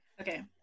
Okay